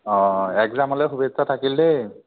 অঁ একজামলৈ শুভেচ্ছা থাকিল দেই